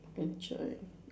enjoy